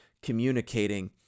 communicating